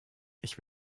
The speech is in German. ich